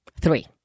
three